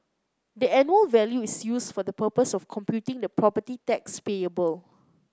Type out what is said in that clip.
the annual value is used for the purpose of computing the property tax payable